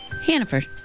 Hannaford